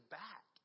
back